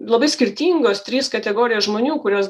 labai skirtingos trys kategorijos žmonių kurios